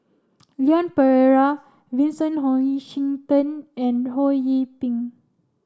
Leon Perera Vincent Hoisington and Ho Yee Ping